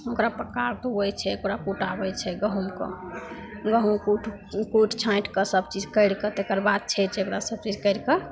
ओकरा धुआबै धोइ छै ओकरा कुटाबै छै गहूमके गहूम कूटि कूटि छाँटिके सबचीज करिके तकर बाद छै जगह सबचीज करिके